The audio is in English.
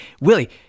Willie